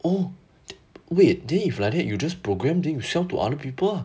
oh wait then if like that then you just program then you sell to other people ah